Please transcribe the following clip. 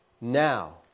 Now